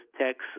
text